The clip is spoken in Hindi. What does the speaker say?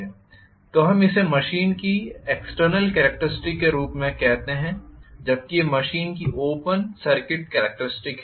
तो हम इसे मशीन की एक्सटर्नल कॅरेक्टरिस्टिक्स के रूप में कहते हैं जबकि यह मशीन की ओपन सर्किट कॅरेक्टरिस्टिक्स हैं